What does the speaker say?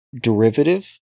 derivative